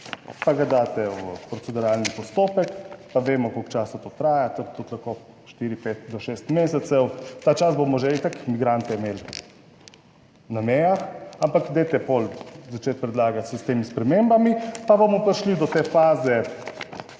pa ga daste v proceduralni postopek, pa vemo koliko časa to traja, to je tudi lahko 4,5 do šest mesecev, ta čas bomo že itak migrante imeli na mejah. Ampak dajte pol začeti predlagati s temi spremembami, pa bomo prišli do te faze,